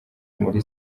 muri